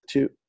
two